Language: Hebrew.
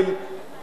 אפשר לברך עליו.